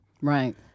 Right